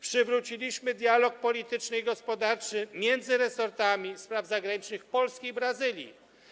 Przywróciliśmy dialog polityczny i gospodarczy między resortami spraw zagranicznych Polski i Brazylii.